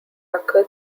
occur